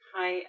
hi